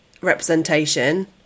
representation